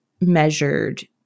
measured